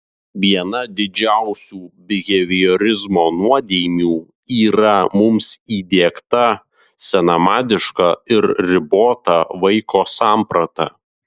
viena didžiausių biheviorizmo nuodėmių yra mums įdiegta senamadiška ir ribota vaiko samprata